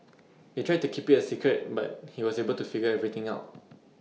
they tried to keep IT A secret but he was able to figure everything out